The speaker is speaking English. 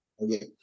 Okay